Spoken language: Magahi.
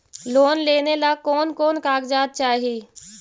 लोन लेने ला कोन कोन कागजात चाही?